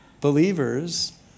believers